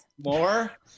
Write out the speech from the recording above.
More